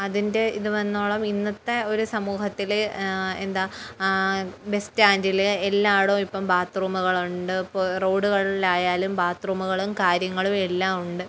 അതിൻ്റെ ഇത് വന്നോളം ഇന്നത്തെ ഒരു സമൂഹത്തിൽ എന്താ ബസ് സ്റ്റാൻഡിൽ എല്ലായിടവും ഇപ്പം ബാത്ത്റൂമുകളുണ്ട് ഇപ്പോൾ റോഡുകളിലായാലും ബാത്ത്റൂമുകളും കാര്യങ്ങളും എല്ലാം ഉണ്ട്